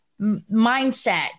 mindset